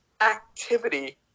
activity